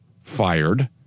fired